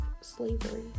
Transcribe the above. slavery